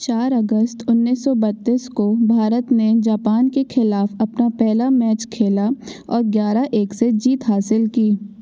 चार अगस्त उन्नीस सौ बत्तीस को भारत ने जापान के ख़िलाफ़ अपना पहला मैच खेला और ग्यारह एक से जीत हासिल की